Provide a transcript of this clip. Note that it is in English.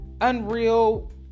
unreal